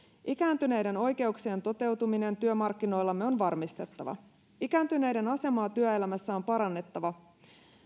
ikääntyneiden oikeuksien toteutuminen työmarkkinoillamme on varmistettava ikääntyneiden asemaa työelämässä on parannettava